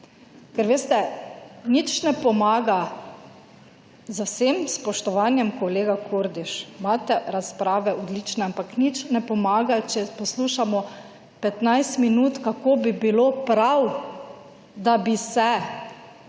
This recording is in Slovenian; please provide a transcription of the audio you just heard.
Ker veste, nič ne pomaga, z vsem spoštovanjem, kolega Kordiš, imate razprave odlične, ampak nič ne pomaga, če poslušamo 15 minut, kako bi bilo prav, da bi se ta